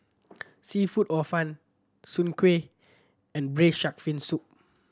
seafood or fun Soon Kueh and Braised Shark Fin Soup